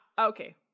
Okay